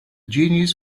genies